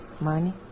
Money